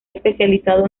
especializado